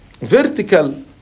vertical